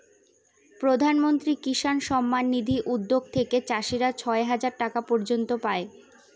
প্রধান মন্ত্রী কিষান সম্মান নিধি উদ্যাগ থেকে চাষীরা ছয় হাজার টাকা পর্য়ন্ত পাই